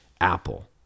Apple